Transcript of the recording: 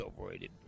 overrated